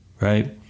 right